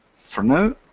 for now,